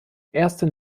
erste